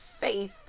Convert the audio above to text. faith